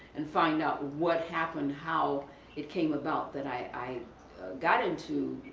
and find out what happened, how it came about that i got into,